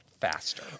faster